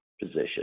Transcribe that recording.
position